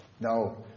No